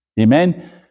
Amen